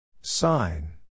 Sign